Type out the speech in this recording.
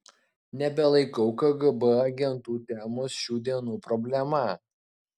nebelaikau kgb agentų temos šių dienų problema